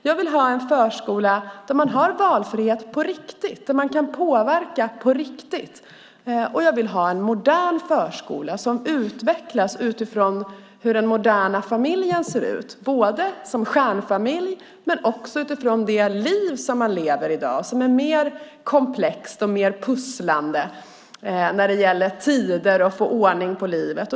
Jag vill ha en förskola där man har valfrihet på riktigt, där man kan påverka på riktigt. Jag vill ha en modern förskola som utvecklas utifrån hur den moderna familjen ser ut, exempelvis stjärnfamiljer, och utifrån det liv som man lever. Livet är i dag mer komplext och innebär mer pusslande vad gäller tider och annat för att få ordning på det.